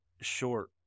short